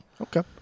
Okay